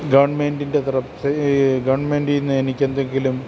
ഗവണ്മെൻ്റിൻ്റെ ഈ ഗവൺമെൻ്റിൽ നി ന്ന് എനിക്ക് എന്തെങ്കിലും